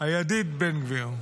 הידיד בן גביר.